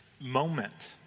moment